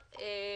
היושבת-ראש.